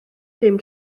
dim